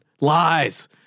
lies